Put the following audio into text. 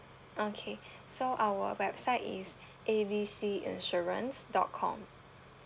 okay so our website is A B C insurance dot com